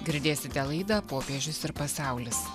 girdėsite laidą popiežius ir pasaulis